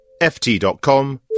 ft.com